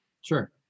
Sure